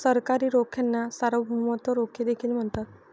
सरकारी रोख्यांना सार्वभौमत्व रोखे देखील म्हणतात